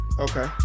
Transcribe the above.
Okay